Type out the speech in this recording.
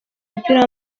mupira